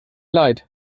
leid